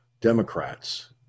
Democrats